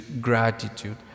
gratitude